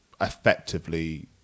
effectively